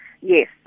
Yes